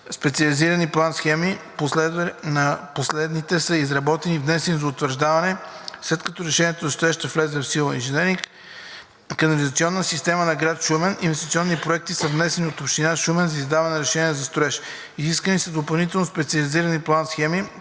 специализирани план-схеми. Последните са изработени и внесени за утвърждаване, след което разрешението за строеж ще влезе в сила; „Инженеринг – канализационна система на град Шумен“ – инвестиционните проекти са внесени в Община Шумен за издаване на разрешение за строеж. Изискани са допълнително специализирани план-схеми.